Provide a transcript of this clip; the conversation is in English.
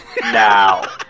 Now